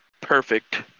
perfect